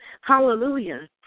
Hallelujah